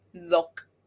look